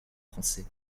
français